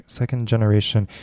second-generation